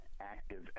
active